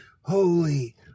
holy